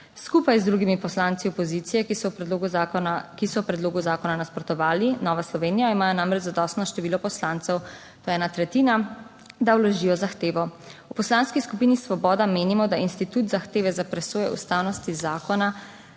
skupaj z drugimi poslanci opozicije, ki so predlogu zakona nasprotovali, Nova Slovenija, ima namreč zadostno število poslancev, to je ena tretjina, da vložijo zahtevo. V Poslanski skupini Svoboda menimo, da institut zahteve za presojo ustavnosti zakona